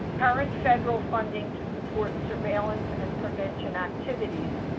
current federal funding to support surveillance and prevention activities,